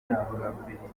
yagambiriye